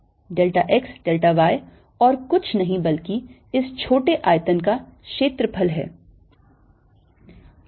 delta x delta y और कुछ नहीं बल्कि इस छोटे आयत का क्षेत्रफल है